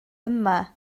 yma